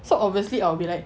so obviously I'll be like